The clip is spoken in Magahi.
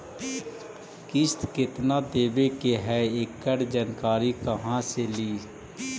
किस्त केत्ना देबे के है एकड़ जानकारी कहा से ली?